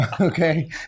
Okay